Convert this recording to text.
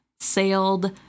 sailed